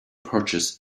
purchase